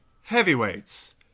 heavyweights